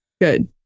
good